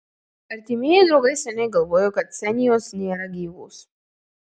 artimieji draugai seniai galvojo kad ksenijos nėra gyvos